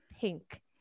pink